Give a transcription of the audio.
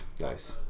Nice